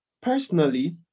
personally